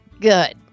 good